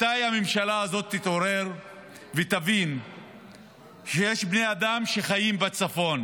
מתי הממשלה הזאת תתעורר ותבין שיש בני אדם שחיים בצפון.